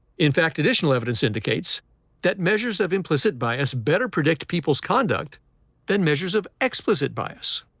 in fact, additional evidence indicates that measures of implicit bias better predict people's conduct than measures of explicit bias.